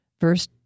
verse